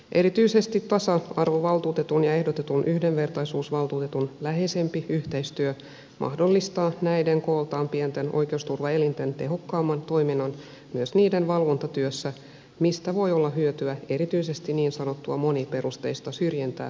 erityisesti tasa arvovaltuutetun ja ehdotetun yhdenvertaisuusvaltuutetun läheisempi yhteistyö mahdollistaa näiden kooltaan pienten oikeusturvaelinten tehokkaamman toiminnan myös niiden valvontatyössä mistä voi olla hyötyä erityisesti niin sanottua moniperusteista syrjintää koskevissa ta pauksissa